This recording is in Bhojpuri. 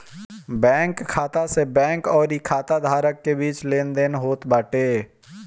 बैंक खाता से बैंक अउरी खाता धारक के बीच लेनदेन होत बाटे